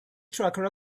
tracker